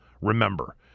remember